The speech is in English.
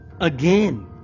again